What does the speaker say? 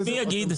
אז מי יגיד?